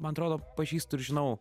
man atrodo pažįstu ir žinau